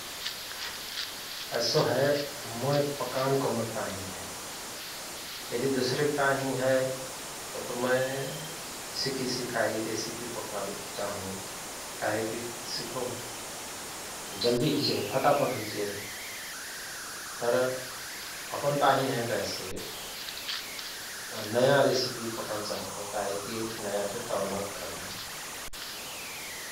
ऐसो हय मोय पकान कौनक ताहिँ हय । यदि दुसरेक ताहिँ हय तओत मय सिखि सिखाई रेसिपी पकान चाहंगो । काहेकि सिखो हओं जल्दी हुइजयहए । फटाफट हुईजयहय । तर अपन ताहिँ हय कहेसे नयाँ रेसिपी पकान चाहंगो । काहेकि नयाँ फिरत अनुभव करन हय ।